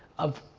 of